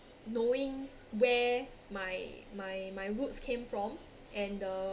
knowing where my my my roots came from and the